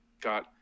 got